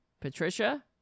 patricia